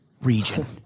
region